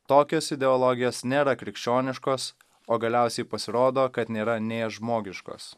tokios ideologijos nėra krikščioniškos o galiausiai pasirodo kad nėra nei žmogiškos